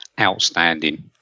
outstanding